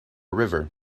river